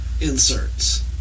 inserts